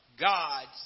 God's